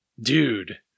dude